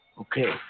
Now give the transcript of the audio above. Okay